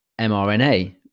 mRNA